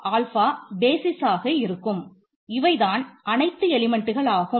alpha ஆகும்